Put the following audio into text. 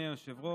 היושב-ראש.